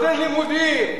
נותן לימודים,